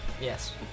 yes